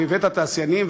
בבית התעשיינים,